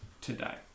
today